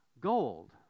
gold